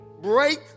break